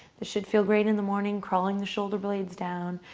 this should feel great in the morning, crawling the shoulder blades down,